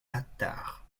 attard